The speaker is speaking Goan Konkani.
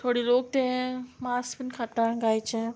थोडी लोक तें मांस बी खाता गायचें